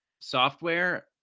software